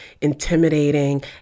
intimidating